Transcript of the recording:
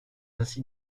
ainsi